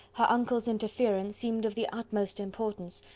her uncle's interference seemed of the utmost importance,